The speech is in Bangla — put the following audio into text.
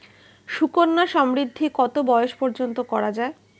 সুকন্যা সমৃদ্ধী কত বয়স পর্যন্ত করা যায়?